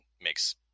makes